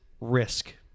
Risk